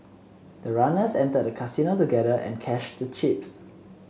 the runners entered the Casino together and cashed the chips